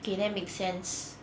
okay that make sense